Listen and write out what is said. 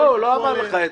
לא, הוא לא אמר לך את זה.